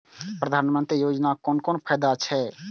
प्रधानमंत्री योजना कोन कोन फायदा छै?